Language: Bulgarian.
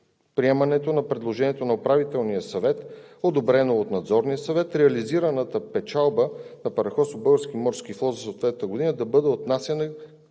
приемането на предложението на Управителния съвет, одобрено от Надзорния съвет, реализираната печалба на Параходство „Български морски флот“ за съответната година да бъде отнасяне